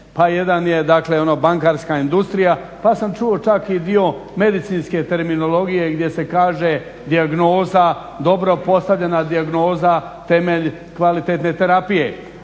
ono bankarska industrija pa sam čuo čak i dio medicinske terminologije gdje se kaže dijagnoza, dobro postavljena dijagnoza, temelj kvalitetne terapije.